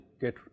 get